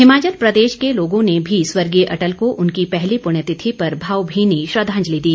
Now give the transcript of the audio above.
हिमाचल प्रदेश के लोगों ने भी स्वर्गीय अटल को उनकी पहली पुण्यतिथि पर भावभीनी श्रद्वांजलि दी